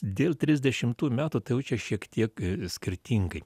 dėl trisdešimtų metų tai jau čia šiek tiek skirtingai